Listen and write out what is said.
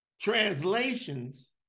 translations